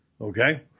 Okay